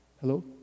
Hello